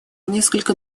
несколько